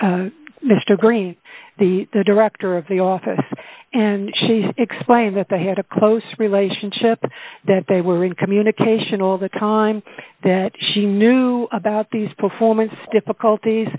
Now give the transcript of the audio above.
about mr green the director of the office and she explained that they had a close relationship that they were in communication all the time that she knew about these performances difficulties